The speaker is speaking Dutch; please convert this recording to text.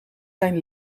zijn